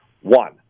One